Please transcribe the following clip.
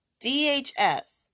DHS